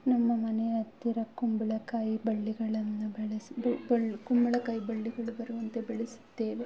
ನಮ್ಮ ಮನೆಯ ಅತ್ತಿರ ಕುಂಬಳಕಾಯಿ ಬಳ್ಳಿಗಳನ್ನು ಬೆಳೆಸಿ ಬಳ್ ಬಳ್ಳಿ ಕುಂಬಳಕಾಯಿ ಬಳ್ಳಿಗಳು ಬರುವಂತೆ ಬೆಳೆಸುತ್ತೇವೆ